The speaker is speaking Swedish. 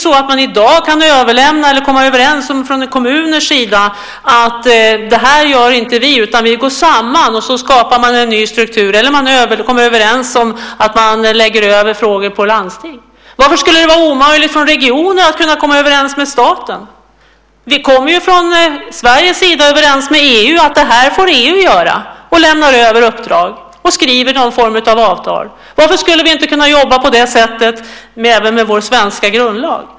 I dag kan kommuner komma överens om att gå samman och skapa en ny struktur eller så kan de komma överens om att lägga över frågor till landsting. Varför skulle det vara omöjligt för regionerna att komma överens med staten? Vi kommer ju från Sveriges sida överens med EU om vad EU får göra, lämnar över uppdrag och skriver någon form av avtal. Varför skulle vi inte kunna jobba på det sättet även med vår svenska grundlag?